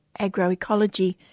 agroecology